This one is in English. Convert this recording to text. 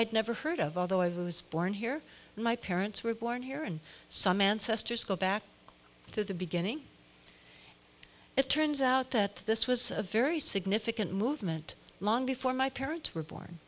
had never heard of although i was born here my parents were born here and some ancestors go back to the beginning it turns out that this was a very significant movement long before my parents were born